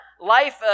life